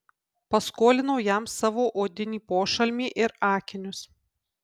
paskolinau jam savo odinį pošalmį ir akinius